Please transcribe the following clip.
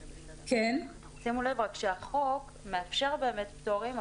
שימו לב רק שהחוק מאפשר באמת פטורים,